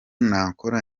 nakora